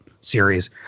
series